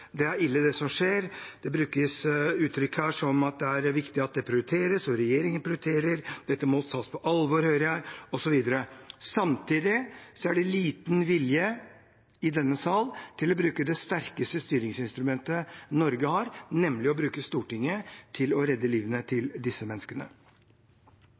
det er ille, det som skjer. Det brukes uttrykk her som at det er viktig at det prioriteres, og at regjeringen prioriterer. Dette må tas på alvor, hører jeg, osv. Samtidig er det liten vilje i denne salen til å bruke det sterkeste styringsinstrumentet Norge har, nemlig Stortinget, til å redde